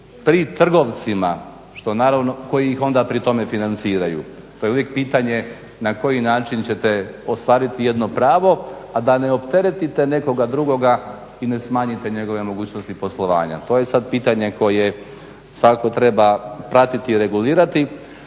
pri trgovcima koji ih onda pri tome financiraju. To je uvijek pitanje na koji ćete način ostvariti jedno pravo, a da ne opteretite nekoga drugoga i ne smanjite njegove mogućnosti poslovanja. to je sada pitanje koje svakako treba pratiti i regulirati.